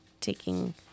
taking